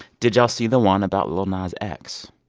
did y'all see the one about lil nas x?